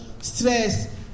stress